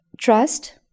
trust